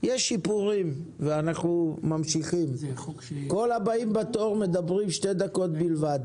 הוא שימש דוגמה טובה בשבילי.